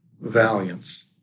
valiance